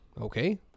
okay